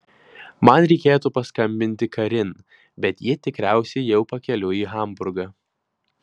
man reikėtų paskambinti karin bet ji tikriausiai jau pakeliui į hamburgą